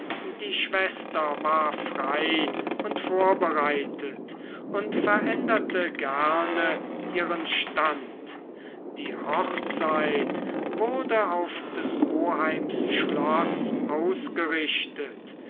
die schwester war frei und vorbereitet und veränderte gerne ihren stand die hochzeit wurde auf des oheims schloß ausgerichtet